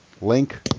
link